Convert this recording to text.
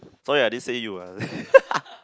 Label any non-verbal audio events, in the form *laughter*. sorry I didn't say you ah *laughs*